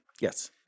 Yes